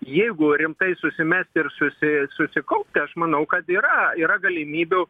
jeigu rimtai susimest ir susi susikaupti aš manau kad yra yra galimybių